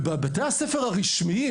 ובבתי הספר הרשמיים,